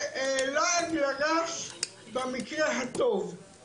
זה לעג לרש במקרה הטוב,